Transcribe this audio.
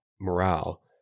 morale